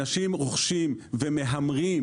אנשים רוכשים ומהמרים,